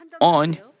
on